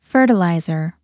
Fertilizer